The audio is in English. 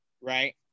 right